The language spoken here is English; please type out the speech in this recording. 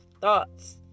thoughts